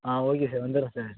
ஆ okay sir வந்துடறோம் sir